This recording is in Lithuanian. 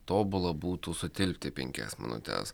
tobula būtų sutilpti į penkias minutes